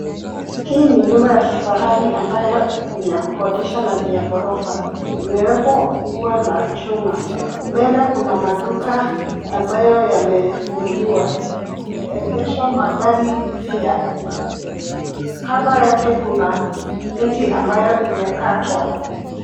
Hii ni nyumba ya kifahari ambayo ni ya kukodisha na ni ya ghorofa. Imewekwa ua la chuma. Mbele kuna maduka ambayo yamefunguliwa, yameegeshwa magari pia. Kando yake kuna miti ambayo imekatwa.